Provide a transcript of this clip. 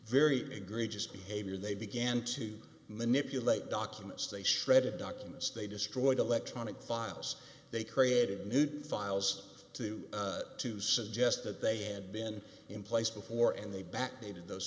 very egregious behavior they began to manipulate documents they shredded documents they destroyed electronic files they created new files to to suggest that they had been in place before and they backdated those